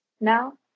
now